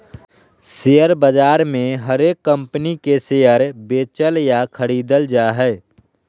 share बाजार मे हरेक कम्पनी के शेयर बेचल या खरीदल जा हय